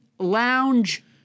lounge